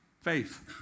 Faith